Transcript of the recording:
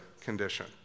condition